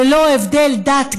ללא הבדל דת,